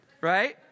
right